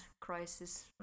crisis